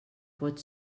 pot